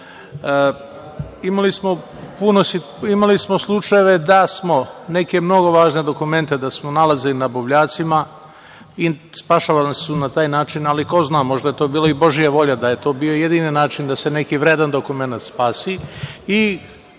gora. Imali smo slučajeve da smo neke mnogo važne dokumente nalazili na buvljacima i spašavani su na taj način. Ali, ko zna, možda je to bila i božija volja, da je to bio jedini način da se neki vredan dokumenat